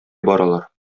баралар